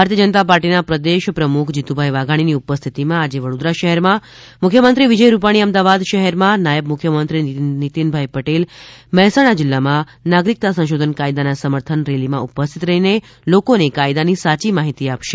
ભારતીય જનતા પાર્ટીના પ્રદેશ પ્રમુખ શ્રી જીતુભાઇ વાઘાણીની ઉપસ્થિતીમાં આજે વડોદરા શહેરમાં મુખ્યમંત્રી વિજયભાઇ રૂપાણી અમદાવાદ શહેરમાં નાયબ મુખ્યમંત્રી નિતિનભાઇ પટેલ મહેસાણા જીલ્લામાં નાગરિકતા સંશોધન કાયદા સમર્થન રેલીમાં ઉપસ્થિત રહીને લોકોને કાયદાની સાચી માહિતી આપશે